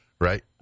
Right